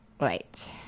Right